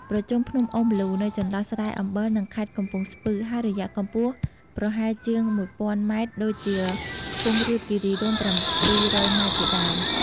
ប្រជុំភ្នំអូរម្លូ នៅចន្លោះស្រែអំបិល និងខេត្តកំពង់ស្ពឺ ហើយរយៈកម្ពស់ប្រហែលជាង១ ០០០ ម ដូចជា ខ្ពង់រាបគិរីរម្យ ៧០០ ម៉ែត្រ ជាដើម ។